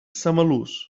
samalús